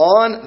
on